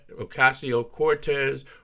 Ocasio-Cortez